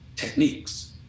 techniques